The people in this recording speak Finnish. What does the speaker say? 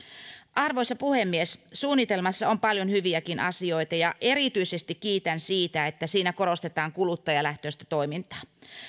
arvoisa puhemies suunnitelmassa on paljon hyviäkin asioita ja erityisesti kiitän siitä että siinä korostetaan kuluttajalähtöistä toimintaa